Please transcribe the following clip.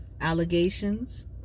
allegations